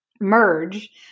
merge